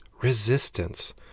resistance